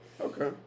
Okay